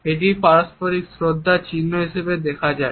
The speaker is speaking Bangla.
এটি পারস্পরিক শ্রদ্ধার চিহ্ন হিসাবে বোঝা যায়